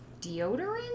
deodorant